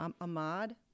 Ahmad